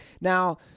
Now